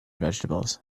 vegetables